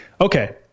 Okay